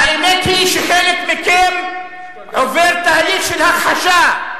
האמת היא שחלק מכם עובר תהליך של הכחשה.